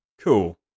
cool